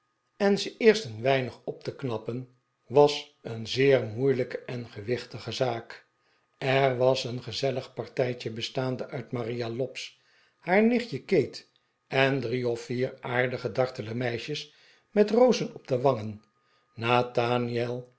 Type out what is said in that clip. en ze eerst een weinig op te knappen was een zeer moeilijke en gewichtige zaak er was een gezellig partijtje bestaande uit maria lobbs haar nichtje kate en drie of vier aardige dartele meisjes met rozen op de wangen nathaniel